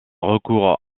recours